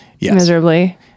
miserably